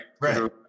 Right